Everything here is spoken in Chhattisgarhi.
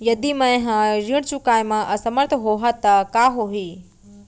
यदि मैं ह ऋण चुकोय म असमर्थ होहा त का होही?